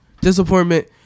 disappointment